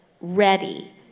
ready